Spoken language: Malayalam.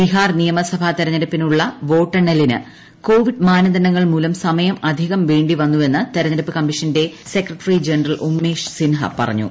ബീഹാർ നിയമസഭാ തെരഞ്ഞെടുപ്പിനുള്ള വോട്ടെണ്ണലിന് കോവിഡ് മാനദണ്ഡങ്ങൾ മൂലം സമയം അധികം വേണ്ടി വന്നുവെന്ന് തിരഞ്ഞെടുപ്പ് കമ്മീഷന്റെ സെക്രട്ടറി ജനറൽ ഉമേഷ് സിൻഹ പറഞ്ഞു